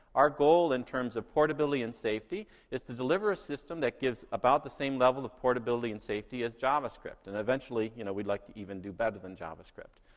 our goal, in terms of portability and safety, is to deliver a system that gives about the same level of portability and safety as javascript, and eventually, you know, we'd like to even do better than javascript.